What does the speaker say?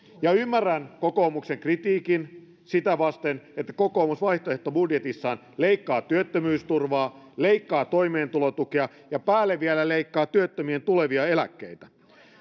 ja ymmärrän kokoomuksen kritiikin sitä vasten että kokoomus vaihtoehtobudjetissaan leikkaa työttömyysturvaa leikkaa toimeentulotukea ja päälle vielä leikkaa työttömien tulevia eläkkeitä